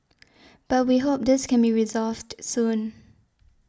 but we hope this can be resolved soon